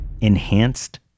Enhanced